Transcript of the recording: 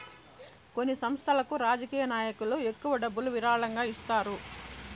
కొన్ని సంస్థలకు రాజకీయ నాయకులు ఎక్కువ డబ్బులు విరాళంగా ఇస్తారు